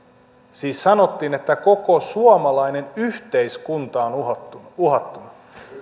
siis sanottiin että koko suomalainen yhteiskunta on uhattuna